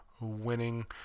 Winning